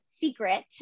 secret